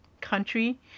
country